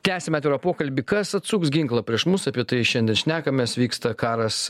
tęsiame pokalbį kas atsuks ginklą prieš mus apie tai šiandien šnekamės vyksta karas